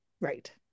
Right